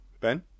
Ben